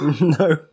No